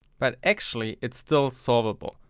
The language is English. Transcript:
but actually it's still solveable,